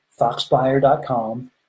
foxbuyer.com